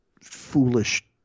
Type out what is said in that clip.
foolish